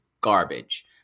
garbage